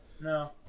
No